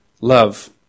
love